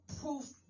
proof